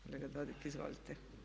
Kolega Dodig, izvolite.